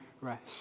rest